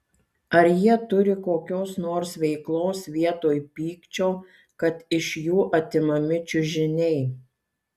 ar jie turi kokios nors veiklos vietoj pykčio kad iš jų atimami čiužiniai